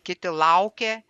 kiti laukė